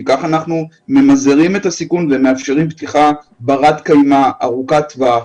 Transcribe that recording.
כי כך אנחנו ממזערים את הסיכון ומאפשרים פתיחת ברת-קיימא וארוכת טווח.